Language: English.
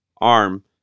arm